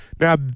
Now